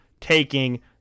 taking